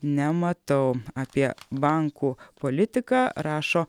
nematau apie bankų politiką rašo